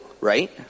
right